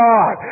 God